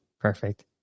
perfect